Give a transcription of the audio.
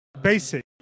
basic